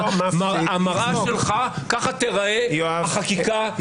ככה תיראה החקיקה,